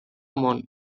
món